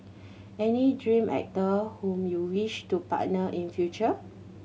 any dream actor whom you wish to partner in future